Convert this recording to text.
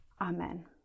Amen